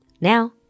Now